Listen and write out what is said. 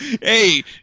Hey